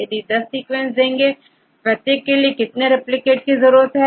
आप10 sequence देंगे प्रत्येक के लिए कितने रिप्लिकेट की जरूरत है